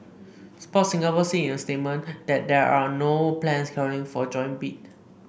Sport Singapore said in a statement that there are no plans currently for a joint bid